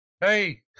hey